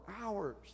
hours